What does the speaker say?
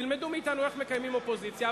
תלמדו מאתנו איך מקיימים אופוזיציה,